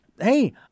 hey